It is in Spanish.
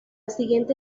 siguiente